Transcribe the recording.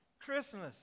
Christmas